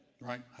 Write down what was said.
Right